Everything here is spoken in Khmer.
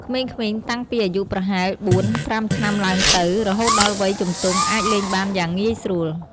ក្មេងៗតាំងពីអាយុប្រហែល ៤-៥ ឆ្នាំឡើងទៅ រហូតដល់វ័យជំទង់អាចលេងបានយ៉ាងងាយស្រួល។